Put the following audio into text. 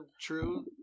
true